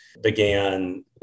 began